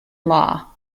law